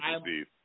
Steve